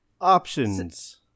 Options